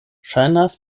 ŝajnas